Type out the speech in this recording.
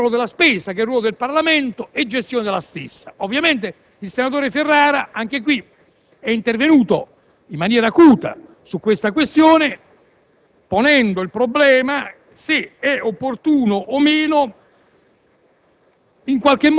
indirizzo e controllo della spesa, che è il ruolo del Parlamento, e gestione della stessa. Il senatore Ferrara, anche qui, è intervenuto in maniera acuta su tale questione, ponendo il problema se sia opportuno o meno,